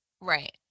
Right